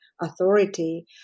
authority